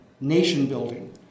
nation-building